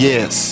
Yes